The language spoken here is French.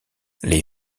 les